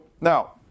now